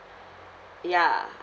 ya